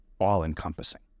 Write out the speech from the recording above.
all-encompassing